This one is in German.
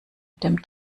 dem